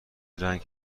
رنگ